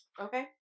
Okay